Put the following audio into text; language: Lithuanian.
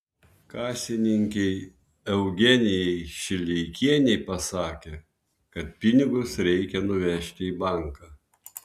kasininkei eugenijai šileikienei pasakė kad pinigus reikia nuvežti į banką